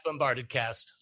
BombardedCast